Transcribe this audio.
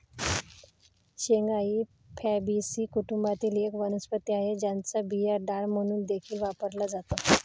शेंगा ही फॅबीसी कुटुंबातील एक वनस्पती आहे, ज्याचा बिया डाळ म्हणून देखील वापरला जातो